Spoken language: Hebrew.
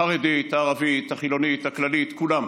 החרדית, הערבית, החילונית, הכללית, כולם,